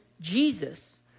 Jesus